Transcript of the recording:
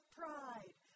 pride